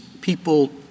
people